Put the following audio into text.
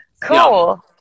Cool